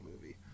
movie